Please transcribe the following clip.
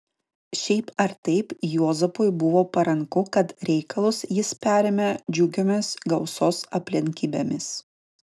šiaip ar taip juozapui buvo paranku kad reikalus jis perėmė džiugiomis gausos aplinkybėmis